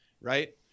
Right